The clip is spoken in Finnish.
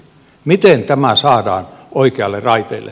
miten tämä saadaan oikeille raiteille